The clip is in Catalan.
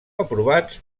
aprovats